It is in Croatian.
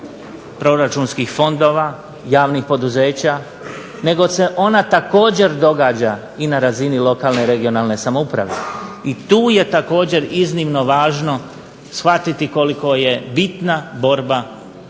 paraproračunskih fondova, javnih poduzeća, nego se ona također događa i na razini lokalne i regionalne samouprave. I tu je također iznimno važno shvatiti koliko je bitna borba protiv